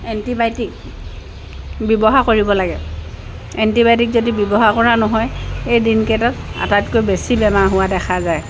antibiotic ব্যৱহাৰ কৰিব লাগে এণ্টিবায়'টিক যদি ব্যৱহাৰ কৰা নহয় এই দিনকেইটাত আটাইতকৈ বেছি বেমাৰ হোৱা দেখা যায়